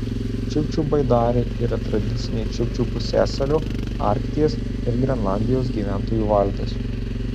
čiukčių baidarė yra tradicinė čiukčių pusiasalio arkties ir grenlandijos gyventojų valtis